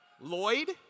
Lloyd